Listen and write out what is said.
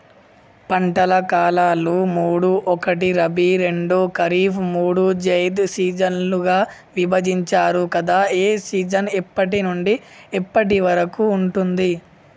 పంటల కాలాలు మూడు ఒకటి రబీ రెండు ఖరీఫ్ మూడు జైద్ సీజన్లుగా విభజించారు కదా ఏ సీజన్ ఎప్పటి నుండి ఎప్పటి వరకు ఉంటుంది?